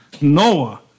Noah